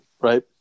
Right